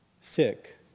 sick